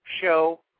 Show